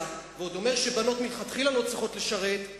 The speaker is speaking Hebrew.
ועוד אומר שבנות מלכתחילה לא צריכות לשרת,